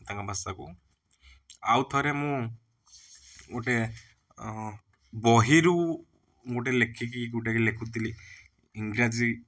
ତାଙ୍କ ଭାଷା କୁ ଆଉ ଥରେ ମୁଁ ଗୋଟେ ବହି ରୁ ଗୋଟେ ଲେଖି କି ଲେଖୁଥିଲି ଇଂରାଜୀ